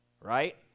Right